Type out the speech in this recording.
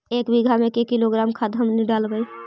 एक बीघा मे के किलोग्राम खाद हमनि डालबाय?